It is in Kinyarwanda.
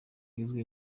wagizwe